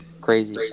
Crazy